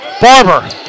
Barber